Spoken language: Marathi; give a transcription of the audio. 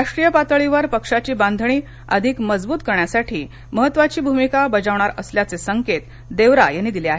राष्ट्रीय पातळीवर पक्षाची बांधणी अधिक मजबूत करण्यासाठी महत्वाची भूमिका बजावणार असल्याचे संकेत देवरा यांनी दिले आहेत